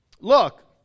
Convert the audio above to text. look